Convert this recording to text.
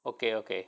okay okay